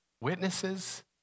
witnesses